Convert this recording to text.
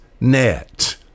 net